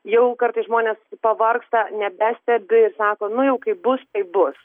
jau kartais žmonės pavargsta nebestebi sako nu jau kaip bus taip bus